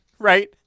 Right